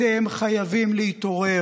אתם חייבים להתעורר.